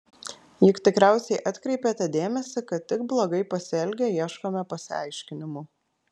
juk tikriausiai atkreipėte dėmesį kad tik blogai pasielgę ieškome pasiaiškinimų